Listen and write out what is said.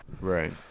Right